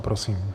Prosím.